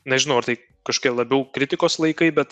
nežinau ar tai kakožkie labiau kritikos laikai bet